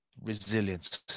resilience